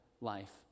life